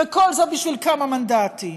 וכל זה בשביל כמה מנדטים.